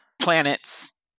planets